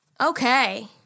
Okay